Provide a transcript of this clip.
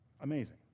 Amazing